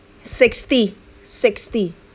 sixty sixty